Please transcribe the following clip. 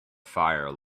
fire